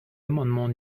amendements